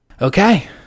okay